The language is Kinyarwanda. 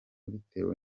bitewe